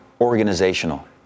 organizational